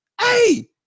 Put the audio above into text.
hey